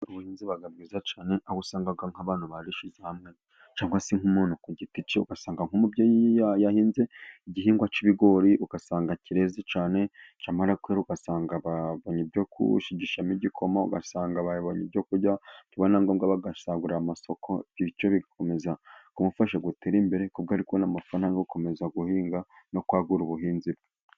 Ubuhinzi buba bwiza cyane, aho usanga nk'abantu barishyize hamwe cyangwa se nk'umuntu ku giti cye, ugasanga nk'umubyeyi yahinze igihingwa cy'ibigori ugasanga kireze cyane, cyamara kwera ugasanga babonye ibyo gushigishamo igikoma, ugasanga babonye ibyo kurya byaba na ngombwa bagasagurira amasoko, bityo bigakomeza kumufasha gutera imbere, kuko ari kubona amafaranga yo gukomeza guhinga no kwagura ubuhinzi bwe.